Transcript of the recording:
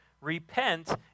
Repent